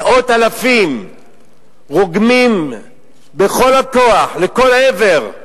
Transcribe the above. מאות אלפים רוגמים בכל הכוח לכל עבר,